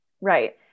Right